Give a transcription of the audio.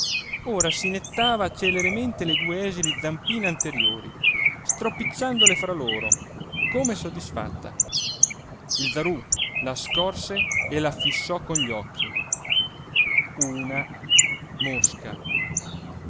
ora si nettava celermente le due esili zampine anteriori stropicciandole fra loro come soddisfatta il zarú la scorse e la fissò con gli occhi una mosca